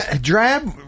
Drab